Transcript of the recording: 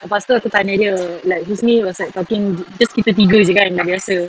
lepas tu aku tanya dia like husni was like talking because kita tiga jer kan dah biasa